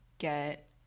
get